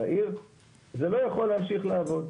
לעיר - זה לא יכול להמשיך לעבוד.